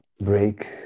break